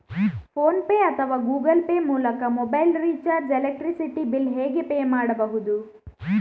Phone pay ಅಥವಾ Google pay ಮೂಲಕ mobile recharge, electricity bill ಹೇಗೆ ಪೇ ಮಾಡುವುದು?